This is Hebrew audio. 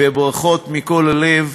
וברכות מכל הלב,